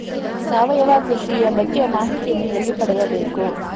ಸಾವಯವ ಕೃಷಿಯ ಬಗ್ಗೆ ಮಾಹಿತಿಯನ್ನು ಎಲ್ಲಿ ಪಡೆಯಬೇಕು?